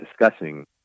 discussing